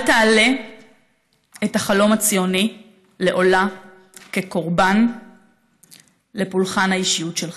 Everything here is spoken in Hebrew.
אל תעלה את החלום הציוני לעולה כקורבן לפולחן האישיות שלך.